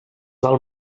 del